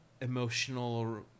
emotional